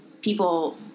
people